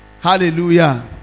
Hallelujah